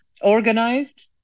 organized